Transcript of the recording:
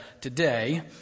today